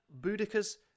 Boudicca's